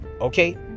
Okay